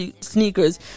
sneakers